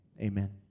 Amen